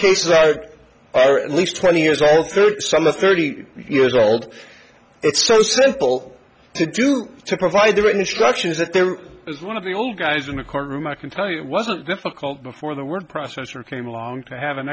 those cases are at least twenty years old thirty some of thirty years old it's so simple to do to provide the written instructions that there is one of the old guys in the courtroom i can tell you it wasn't difficult before the word processor came along to have an